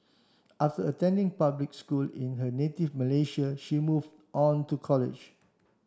after attending public school in her native Malaysia she move on to college